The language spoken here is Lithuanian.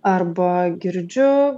arba girdžiu